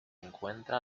encuentra